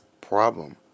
problem